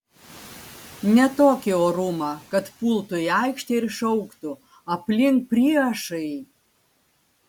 ne tokį orumą kad pultų į aikštę ir šauktų aplink priešai